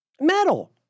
Metal